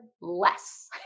less